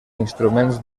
instruments